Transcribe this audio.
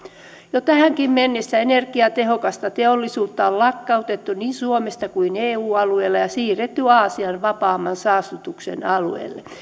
jo tähänkin mennessä energiatehokasta teollisuutta on lakkautettu niin suomesta kuin eu alueella ja siirretty aasiaan vapaamman saastutuksen alueelle